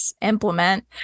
implement